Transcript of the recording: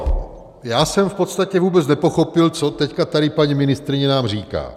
No, já jsem v podstatě vůbec nepochopil, co teď tady paní ministryně nám říká.